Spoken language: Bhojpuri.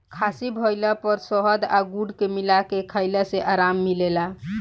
खासी भइला पर शहद आ गुड़ के मिला के खईला से आराम मिलेला